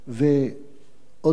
ועוד משהו,